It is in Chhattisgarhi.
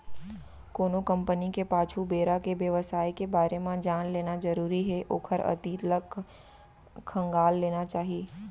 कोनो कंपनी के पाछू बेरा के बेवसाय के बारे म जान लेना जरुरी हे ओखर अतीत ल खंगाल लेना चाही